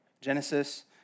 Genesis